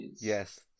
Yes